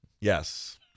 yes